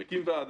הוא הקים ועדה,